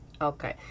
Okay